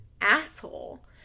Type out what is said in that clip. asshole